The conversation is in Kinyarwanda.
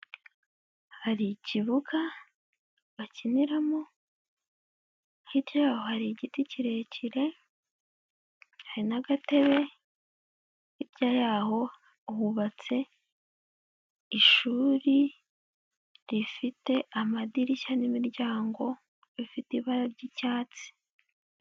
Hari ikibuga bakiniramo hiryamo hari igiti kirekire, hari n'agatebe, hirya yaho hubatse ishuri rifite amadirishya n'imiryango ifite ibara ry'icyatsi.